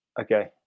Okay